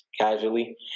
casually